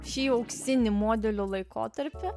šį auksinį modelio laikotarpį